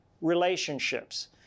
relationships